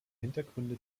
hintergründe